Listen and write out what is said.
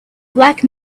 black